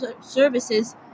services